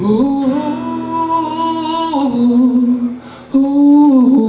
who who who